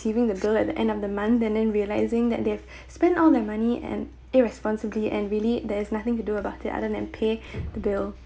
receiving the bill at the end of the month and then realizing that they've spent all that money and irresponsibly and really there is nothing to do about it other than pay the bill